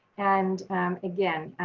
and again,